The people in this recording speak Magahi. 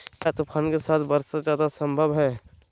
क्या तूफ़ान के साथ वर्षा जायदा संभव है?